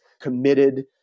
committed